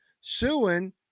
suing